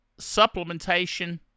supplementation